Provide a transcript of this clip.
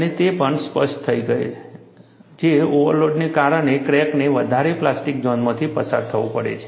અને તે પણ સ્પષ્ટ થઈ જશે કે ઓવરલોડને કારણે ક્રેકને વધારે પ્લાસ્ટિક ઝોનમાંથી પસાર થવું પડે છે